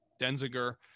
Denziger